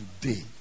today